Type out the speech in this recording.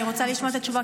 אני רוצה לשמוע את התשובה,